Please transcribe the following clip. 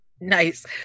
Nice